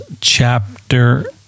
chapter